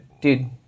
dude